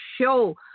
show